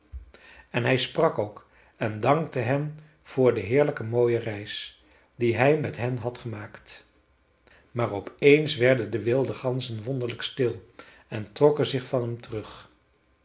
en hij sprak ook en dankte hen voor de heerlijk mooie reis die hij met hen had gemaakt maar op eens werden de wilde ganzen wonderlijk stil en trokken zich van hem terug